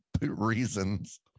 reasons